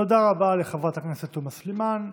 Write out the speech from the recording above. תודה רבה לחברת הכנסת תומא סלימאן.